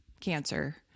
cancer